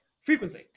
frequency